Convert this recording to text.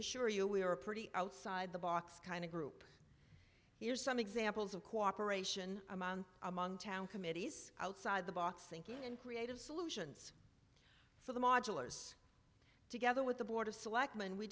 assure you we are a pretty outside the box kind of group here's some examples of cooperation among among town committees outside the box thinking and creative solutions for the modulars together with the board of selectmen we